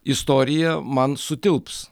istorija man sutilps